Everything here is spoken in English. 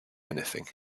anything